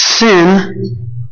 Sin